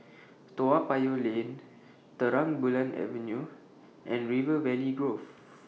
Toa Payoh Lane Terang Bulan Avenue and River Valley Grove